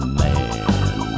man